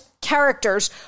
characters